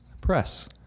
Press